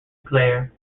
claire